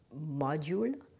module